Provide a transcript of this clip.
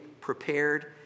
prepared